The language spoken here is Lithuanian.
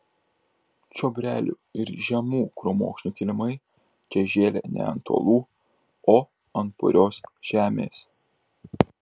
čiobrelių ir žemų krūmokšnių kilimai čia žėlė ne ant uolų o ant purios žemės